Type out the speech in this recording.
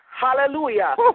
Hallelujah